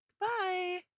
bye